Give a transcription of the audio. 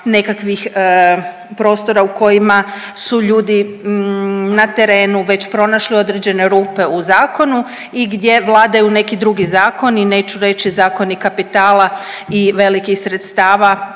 nekakvih prostora u kojima su ljudi na terenu već pronašli određene rupe u zakonu i gdje vladaju neki drugi zakoni, neću reći zakoni kapitala i velikih sredstava